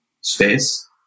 space